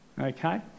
okay